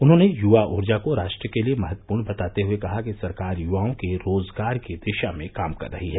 उन्होंने युवा ऊर्जा को राष्ट्र के लिए महत्वपूर्ण बताते हुए कहा कि सरकार युवाओं के रोजगार की दिशा में काम कर रही है